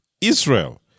Israel